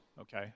okay